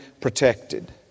protected